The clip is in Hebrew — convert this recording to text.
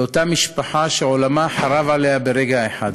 לאותה משפחה, שעולמה חרב עליה ברגע אחד?